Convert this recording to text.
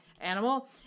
animal